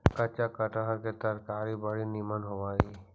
कच्चा कटहर के तरकारी बड़ी निमन होब हई